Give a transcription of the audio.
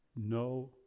No